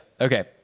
Okay